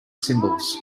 symbols